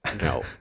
No